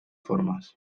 formes